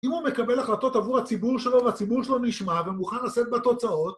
אם הוא מקבל החלטות עבור הציבור שלו והציבור שלו נשמע ומוכן לשאת בתוצאות